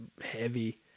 heavy